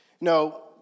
No